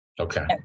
Okay